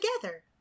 together